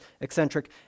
Eccentric